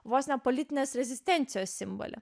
vos ne politinės rezistencijos simbolį